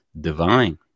divine